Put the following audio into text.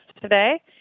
today